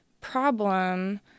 problem